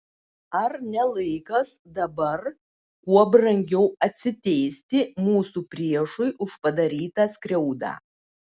ar ne laikas dabar kuo brangiau atsiteisti mūsų priešui už padarytą skriaudą